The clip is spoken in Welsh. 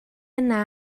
yna